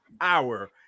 hour